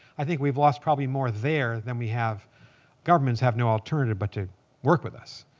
i think we've lost probably more there than we have governments have no alternative but to work with us.